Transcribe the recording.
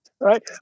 right